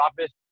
office